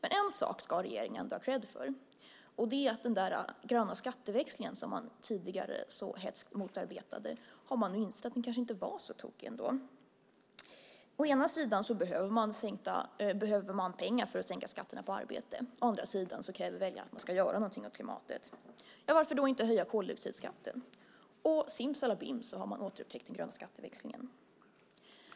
En sak ska regeringen ändå ha kredd för, och det är att man har insett att den gröna skatteväxling som man tidigare så hätskt motarbetade kanske inte var så tokig ändå. Å ena sidan behöver man pengar för att sänka skatterna på arbete, å andra sidan kräver väljarna att man ska göra någonting åt klimatet. Varför då inte höja koldioxidskatten? Simsalabim har man återupptäckt den gröna skatteväxlingen!